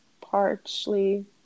partially